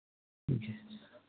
جی